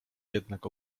jednak